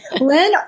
Lynn